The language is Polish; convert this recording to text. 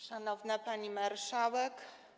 Szanowna Pani Marszałek!